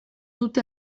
dute